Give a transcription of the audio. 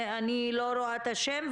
אני לא רואה את השם,